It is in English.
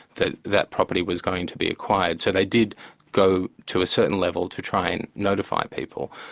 that that property was going to be acquired, so they did go to a certain level to try and notify people.